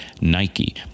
Nike